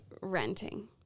renting